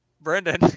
Brendan